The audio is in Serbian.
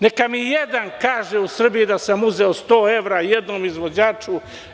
Neka mi jedan kaže u Srbiji da sam uzeo sto evra jednom izvođaču.